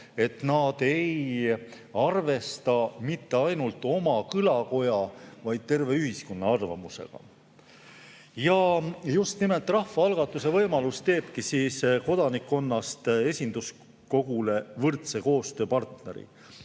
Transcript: et nad ei pea arvestama mitte ainult oma kõlakoja, vaid terve ühiskonna arvamusega. Just nimelt rahvaalgatuse võimalus teebki kodanikkonnast esinduskogule võrdse koostööpartneri.